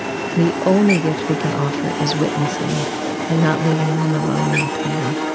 the only gift we can offer is witnessing and not leaving them alone in the pain.